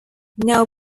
now